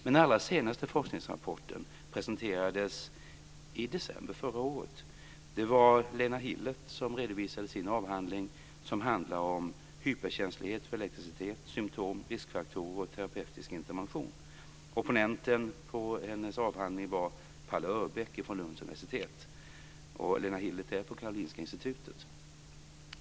Men den allra senaste forskningsrapporten presenterades i december förra året. Det var Lena Hillert som redovisade sin avhandling som handlar om hyperkänslighet för elektricitet, symtom, riskfaktorer och terapeutisk intervention. Opponenten på hennes avhandling var Palle Örbaek från Lunds universitet, och Lena Hillert är på Karolinska Institutet.